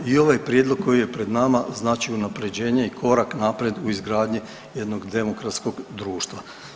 I ovaj prijedlog koji je pred nama znači unaprjeđenje i korak naprijed u izgradnji jednog demokratskog društva.